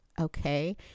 Okay